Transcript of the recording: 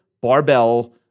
Barbell